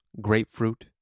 grapefruit